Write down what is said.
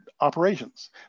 operations